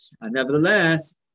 nevertheless